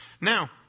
Now